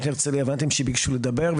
הבנתי שהם ביקשו לדבר,